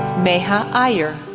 meha iyer,